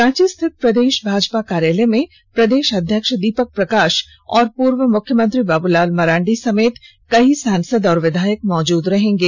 रांची स्थित प्रदेश भाजपा कार्यालय में प्रदेश अध्यक्ष दीपक प्रकाश और पूर्व मुख्यमंत्री बाबूलाल मरांडी समेत कई सांसद एवं विधायक मौजूद रहेंगे